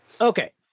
okay